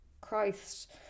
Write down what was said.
Christ